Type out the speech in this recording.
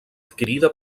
adquirida